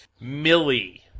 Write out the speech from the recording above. Millie